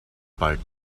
bald